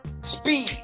speed